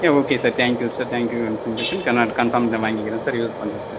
yeah okay sir thank you sir thank you for your information கன்ஃபார்ம்டா வாங்கிக்கிறேன் sir use பண்ணுறேன் sir